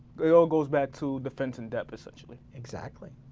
it all goes back to defense in depth essentially. exactly,